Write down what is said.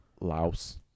Laos